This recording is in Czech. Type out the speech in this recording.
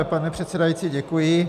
Pane předsedající, děkuji.